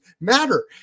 matter